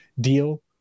deal